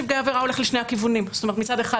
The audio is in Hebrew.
מצד אחד,